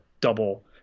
double